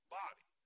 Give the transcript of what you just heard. body